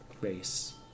race